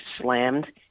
slammed